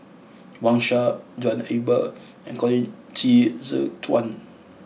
Wang Sha John Eber and Colin Qi Zhe Quan